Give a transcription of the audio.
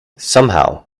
somehow